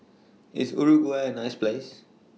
IS Uruguay A nice Place